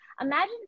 Imagine